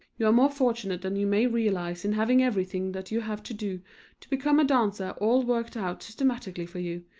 you are more fortunate than you may realize in having everything that you have to do to become a dancer all worked out systematically for you,